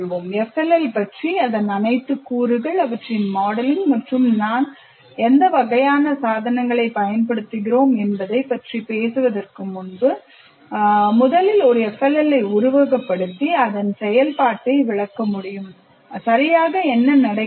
FLL பற்றி அதன் அனைத்து கூறுகள் அவற்றின் மாடலிங் மற்றும் நான் எந்த வகையான சாதனங்களைப் பயன்படுத்துகிறேன் என்பதைப் பற்றி பேசுவதற்கு முன்பு நான் முதலில் ஒரு FLL உருவகப்படுத்தி அதன் செயல்பாட்டை விளக்க முடியும் சரியாக என்ன நடக்கிறது